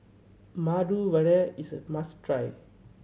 Medu Vada is a must try